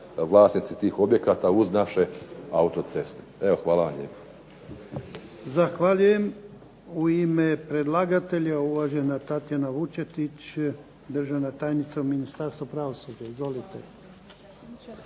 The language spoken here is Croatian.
vlasnici tih objekata, uz naše autoceste. Evo hvala vam